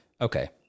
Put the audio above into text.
Okay